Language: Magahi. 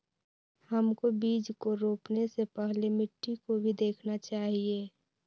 हमको बीज को रोपने से पहले मिट्टी को भी देखना चाहिए?